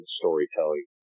storytelling